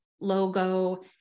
logo